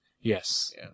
Yes